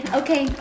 okay